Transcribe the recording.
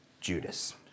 Judas